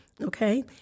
Okay